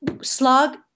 Slug